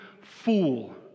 fool